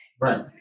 right